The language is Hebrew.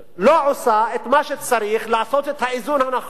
לא עושה את מה שצריך לעשות, את האיזון הנכון